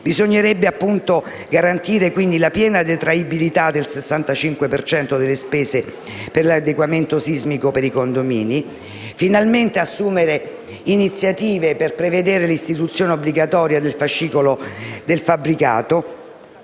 Bisognerebbe dunque garantire la piena detraibilità del 65 per cento delle spese per l'adeguamento sismico dei condomini; assumere finalmente iniziative per prevedere l'istituzione obbligatoria del fascicolo del fabbricato